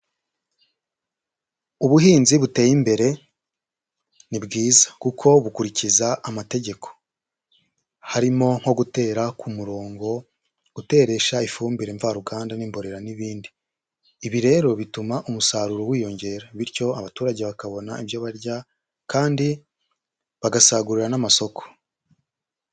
Ubuhinzi buteye imbere ni bwiza kuko bukurikiza amategeko. Harimo nko gutera ku murongo, guteresha ifumbire mvaruganda n'imborera n'ibindi, ibi rero bituma umusaruro wiyongera bityo abaturage bakabona ibyo barya kandi bagasagurira n'amasoko.